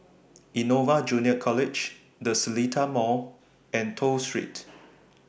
Innova Junior College The Seletar Mall and Toh Street